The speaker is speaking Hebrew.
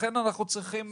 לכן אנחנו צריכים